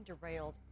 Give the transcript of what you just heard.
derailed